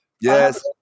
Yes